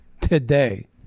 today